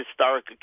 historic